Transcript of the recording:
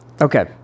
Okay